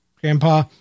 Grandpa